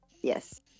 Yes